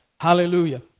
hallelujah